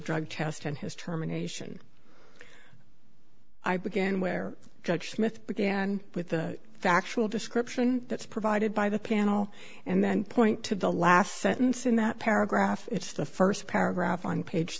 drug test and his terminations i began where judge smith began with the factual description that's provided by the panel and then point to the last sentence in that paragraph it's the first paragraph on page